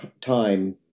time